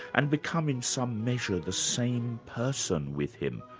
and become in some measure the same person with him,